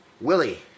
Willie